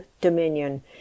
Dominion